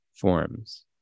forms